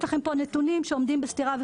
יש לכם פה נתונים שעומדים בסתירה,